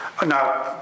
Now